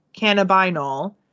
cannabinol